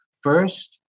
first